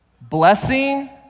Blessing